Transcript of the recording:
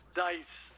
dice